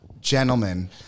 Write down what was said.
Gentlemen